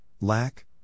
lack